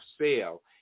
sale